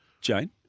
Jane